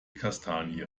kastanie